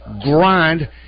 grind